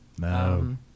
No